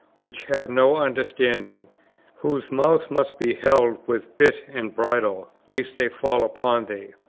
which have no understanding whose mouths must be held with bit and bridle, lest they fall upon thee.